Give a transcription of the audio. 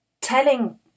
telling